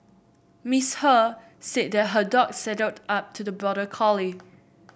Miss He said that her dog sidled up to the border collie